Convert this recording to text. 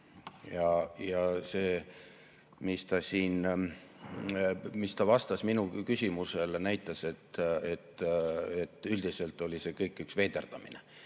ta mängib. See, mida ta vastas minu küsimusele, näitas, et üldiselt oli see kõik üks veiderdamine